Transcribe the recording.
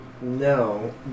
No